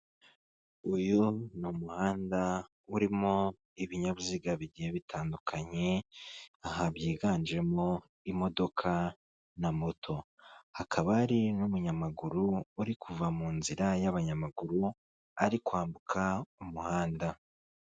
Uyu ni umuhanda urimo ibinyabiziga bigiye bitandukanye, aha byiganjemo imodoka na moto hakaba hari n'umunyamaguru uri kuva mu nzira y'abanyamaguru, ari kwambuka umuhanda.